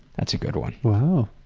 that's a good one. wow.